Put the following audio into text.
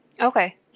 Okay